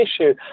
issue